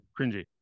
Cringy